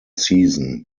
season